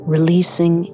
Releasing